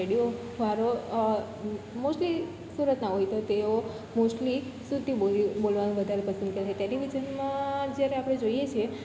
રેડિયોવાળો mostly સુરતના હોય તો તેઓ મોસ્ટલી સુરતી બોલી બોલવાનું વધારે પસંદ કરશે ટેલિવિઝનમાં જ્યારે આપણે જોઈએ છીએ